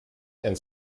and